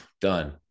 done